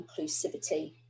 inclusivity